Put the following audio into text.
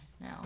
now